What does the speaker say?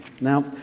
Now